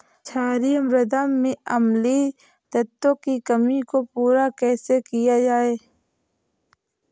क्षारीए मृदा में अम्लीय तत्वों की कमी को पूरा कैसे किया जाए?